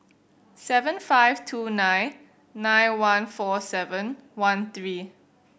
seven five two nine nine one four seven one three